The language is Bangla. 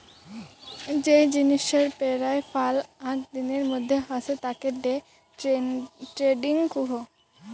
যেই জিনিসের পেরায় ফাল আক দিনের মধ্যে হসে তাকে ডে ট্রেডিং কুহ